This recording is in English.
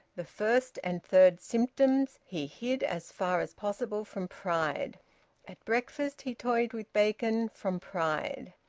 the first and third symptoms he hid as far as possible, from pride at breakfast he toyed with bacon, from pride,